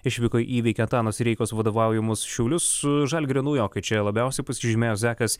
išvykoj įveikė antano reikos vadovaujamus šiaulius žalgirio naujokai čia labiausiai pasižymėjo zekas